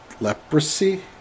leprosy